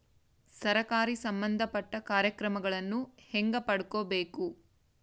ಸರಕಾರಿ ಸಂಬಂಧಪಟ್ಟ ಕಾರ್ಯಕ್ರಮಗಳನ್ನು ಹೆಂಗ ಪಡ್ಕೊಬೇಕು?